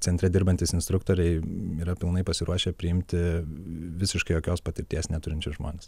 centre dirbantys instruktoriai yra pilnai pasiruošę priimti visiškai jokios patirties neturinčius žmones